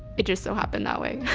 it just so happened that way.